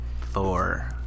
Four